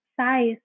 size